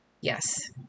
Yes